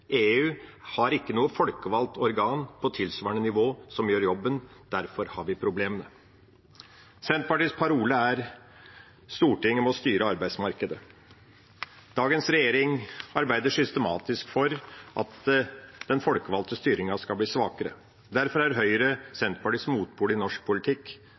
EU har ikke noe folkevalgt organ på tilsvarende nivå som gjør jobben. Derfor har vi problemene. Senterpartiets parole er at Stortinget må styre arbeidsmarkedet. Dagens regjering arbeider systematisk for at den folkevalgte styringen skal bli svakere. Derfor er Høyre Senterpartiets motpol i norsk politikk.